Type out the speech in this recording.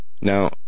Now